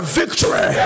victory